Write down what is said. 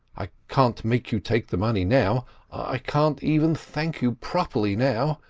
i can't make you take the money now i can't even thank you properly now,